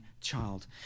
child